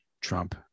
Trump